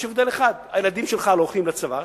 יש הבדל אחד: הילדים שלך לא הולכים לצבא,